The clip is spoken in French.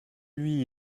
lui